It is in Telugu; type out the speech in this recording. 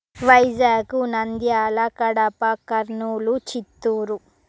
వైజాగ్ నంద్యాల కడప కర్నూలు చిత్తూరు